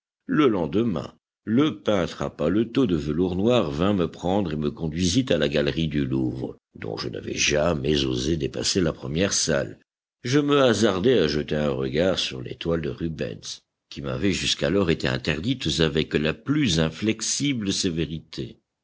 le lendemain le peintre à paletot de velours noir vint me prendre et me conduisit à la galerie du louvre dont je n'avais jamais osé dépasser la première salle je me hasardai à jeter un regard sur les toiles de rubens qui m'avaient jusqu'alors été interdites avec la plus inflexible sévérité